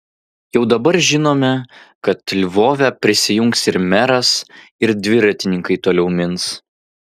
jau dabar žinome kad lvove prisijungs ir meras ir dviratininkai toliau mins